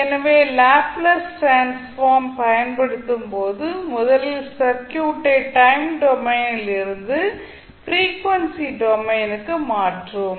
எனவே Laplace transform பயன்படுத்தும்போது முதலில் சர்க்யூட் ஐ டைம் டொமைனில் இருந்து பிரீஃவென்சி டொமைனுக்கு மாற்றுவோம்